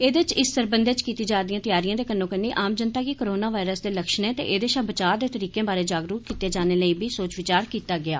एदे च इस सरबंधै च कीती जा रदियें त्यारियें दे कन्नो कन्नी आम जनता गी कोरोना वायरस दे लक्ष्णे ते एदे शा बचाव दे तरीकें बाँरै जागरुक कीते जाने लेई बी सोच विचार कीता गेया